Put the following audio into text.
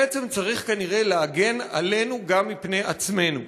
בעצם צריך כנראה להגן עלינו גם מפני עצמנו.